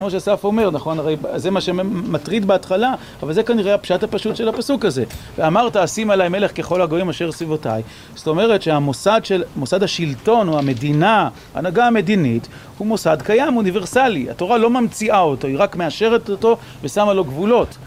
כמו שאסף אומר, נכון, הרי זה מה שמטריד בהתחלה, אבל זה כנראה הפשט הפשוט של הפסוק הזה, ואמרת אשים עלי מלך ככל הגויים אשר סביבותיי. זאת אומרת, שמוסד השלטון או המדינה, ההנהגה המדינית, הוא מוסד קיים, אוניברסלי, התורה לא ממציאה אותו, היא רק מאשרת אותו ושמה לו גבולות